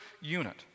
unit